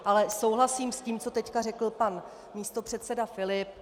Ale souhlasím s tím, co teď řekl pan místopředseda Filip.